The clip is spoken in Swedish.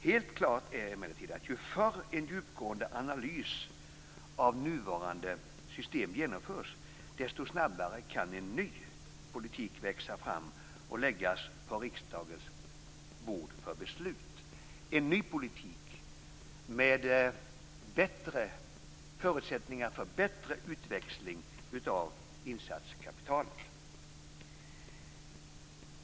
Helt klart är emellertid att ju förr en djupgående analys av nuvarande system genomförs, desto snabbare kan en ny politik växa fram och läggas på riksdagens bord för beslut - en ny politik med förutsättningar för bättre utväxling av insatskapitalet.